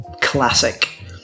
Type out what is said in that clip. classic